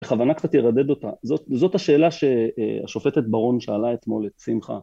בכוונה קצת ירדד אותה. זאת השאלה שהשופטת ברון שאלה אתמול את שמחה.